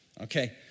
okay